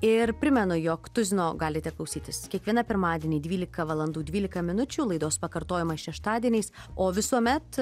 ir primenu jog tuzino galite klausytis kiekvieną pirmadienį dvylika valandų dvylika minučių laidos pakartojimas šeštadieniais o visuomet